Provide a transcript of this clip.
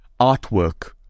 artwork